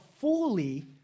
fully